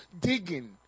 digging